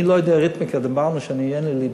אני לא יודע אריתמטיקה, אמרנו שאין לי ליבה,